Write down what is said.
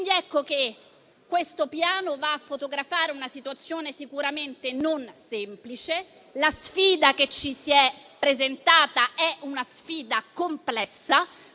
quindi che questo Piano va a fotografare una situazione sicuramente non semplice. La sfida che ci si è presentata è complessa,